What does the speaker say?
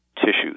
tissues